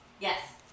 Yes